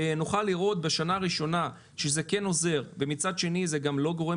ונוכל לראות בשנה הראשונה שזה כן עוזר ומצד שני זה גם לא גורם